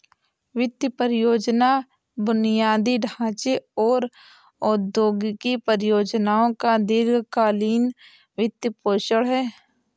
वित्त परियोजना बुनियादी ढांचे और औद्योगिक परियोजनाओं का दीर्घ कालींन वित्तपोषण है